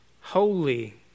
holy